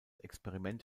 experiment